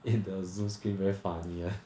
in the zoom screen very funny leh